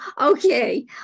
Okay